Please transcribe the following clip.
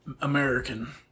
American